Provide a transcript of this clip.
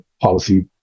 policy